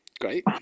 Great